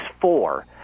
four